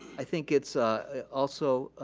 i think it's also